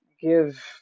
give